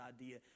idea